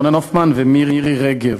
רונן הופמן ומירי רגב.